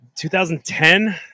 2010